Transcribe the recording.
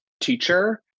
teacher